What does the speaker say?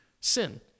sin